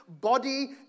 body